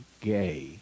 gay